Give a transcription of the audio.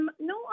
No